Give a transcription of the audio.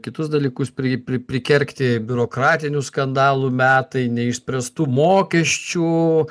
kitus dalykus pri pri prikergti biurokratinių skandalų metai neišspręstų mokesčių